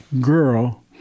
girl